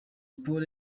polly